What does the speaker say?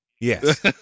Yes